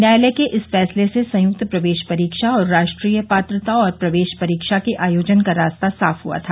न्यायालय के इस फैसले से संयुक्त प्रवेश परीक्षा और राष्ट्रीय पात्रता और प्रवेश परीक्षा के आयोजन का रास्ता साफ हआ था